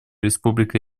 республика